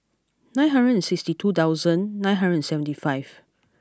nine hundred and sixty two thousand nine hundred and seventy five